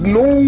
no